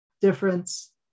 difference